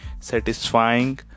satisfying